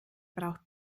braucht